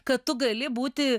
kad tu gali būti